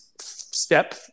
step